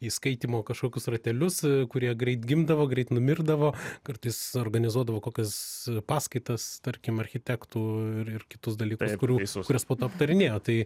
į skaitymo kažkokius ratelius kurie greit gimdavo greit numirdavo kartais organizuodavo kokias paskaitas tarkim architektų ir ir kitus dalykus kurias po to aptarinėjo tai